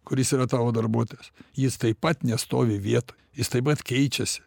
kuris yra tavo darbuotojas jis taip pat nestovi vietoj jis taip pat keičiasi